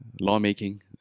lawmaking